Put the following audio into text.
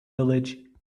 village